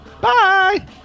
Bye